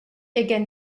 again